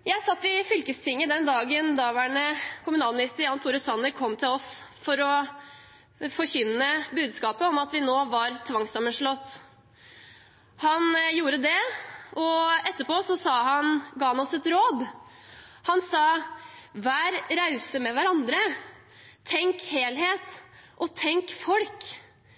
Jeg satt i fylkestinget den dagen daværende kommunalminister Jan Tore Sanner kom til oss for å forkynne budskapet om at vi nå var tvangssammenslått. Han gjorde det, og etterpå ga han oss et råd. Han sa: Vær rause med hverandre, tenk helhet, og tenk folk.